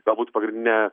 galbūt ne